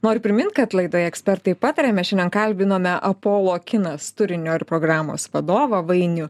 noriu primint kad laidoje ekspertai pataria mes šiandien kalbinome apolo kinas turinio ir programos vadovą vainių